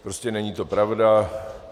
Prostě není to pravda.